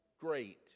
great